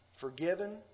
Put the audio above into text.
forgiven